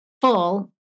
full